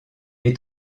est